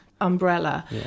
umbrella